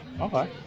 Okay